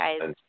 guys